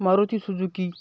Maruti Suzuki